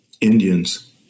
Indians